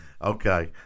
Okay